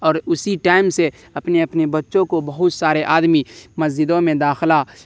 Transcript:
اور اسی ٹائم سے اپنی اپنے بچوں کو بہت سارے آدمی مسجدوں میں داخلہ